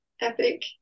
epic